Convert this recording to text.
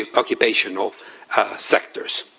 ah occupational sectors.